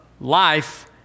life